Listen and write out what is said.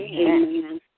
Amen